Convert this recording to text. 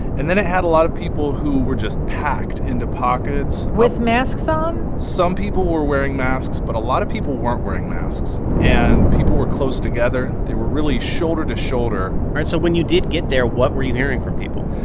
and then it had a lot of people who were just packed into pockets. with masks on some people were wearing masks, but a lot of people weren't wearing masks. and people were close together. they were really shoulder-to-shoulder all right. so when you did get there, what were you hearing from people?